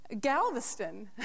Galveston